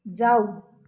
जाऊ